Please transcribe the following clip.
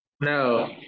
No